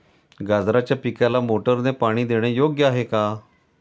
गाजराच्या पिकाला मोटारने पाणी देणे योग्य आहे का?